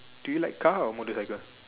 do you like car or motorcycle